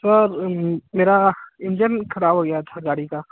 sir मेरा engine खराब हो गया था गाड़ी का